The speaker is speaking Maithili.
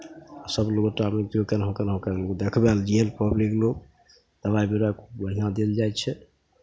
सभ लोग केनाहु केनाहु करि कऽ देखबै लेल गेल पब्लिक लोग दबाइ बिरो बढ़िआँ देल जाइ छै